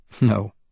No